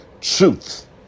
truth